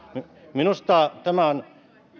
minusta tämä on